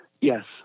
Yes